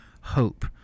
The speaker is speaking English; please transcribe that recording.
hope